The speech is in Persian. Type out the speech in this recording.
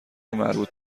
مربوط